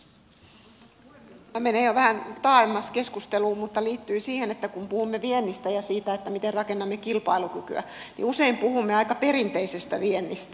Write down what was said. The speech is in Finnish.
tämä menee jo vähän taaemmaksi keskusteluun mutta liittyy siihen että kun puhumme viennistä ja siitä miten rakennamme kilpailukykyä niin usein puhumme aika perinteisestä viennistä